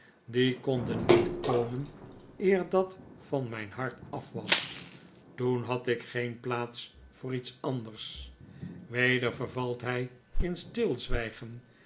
die konden niet komen eer dat van mijn hart af was toen had ik geen plaats voor iets anders weder vervalt hy in